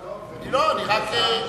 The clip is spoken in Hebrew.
זה שר שאני כל כך מעריך,